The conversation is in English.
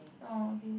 oh okay